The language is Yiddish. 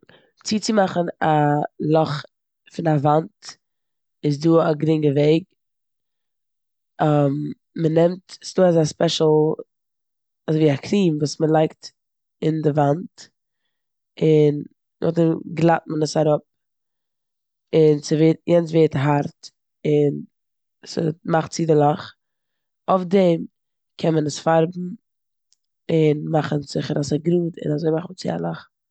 צוצומאכן א לאך אין פון א וואנט איז דא א גרינגע וועג. מ'נעמט- ס'איז דא אזא ספעשיל אזויווי א קריעם וואס מ'לייגט אין די וואנט און נאכדעם גלאט מען עס אראפ און ס'ווערט- יענס ווערט הארט און ס'מאכט צו די לאך. אויף דעם קען מען עס פארבן און מאכן זיכער אז ס'גראד און אזוי מאכט מען צו א לאך.